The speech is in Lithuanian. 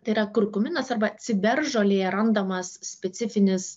tai yra kurkuminas arba ciberžolėje randamas specifinis